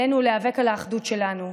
עלינו להיאבק על האחדות שלנו,